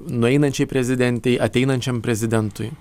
nueinančiai prezidentei ateinančiam prezidentui